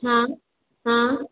हाँ हाँ